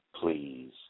please